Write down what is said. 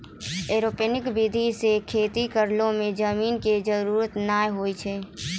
aeroponics विधि सॅ खेती करै मॅ जमीन के जरूरत नाय होय छै